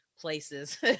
places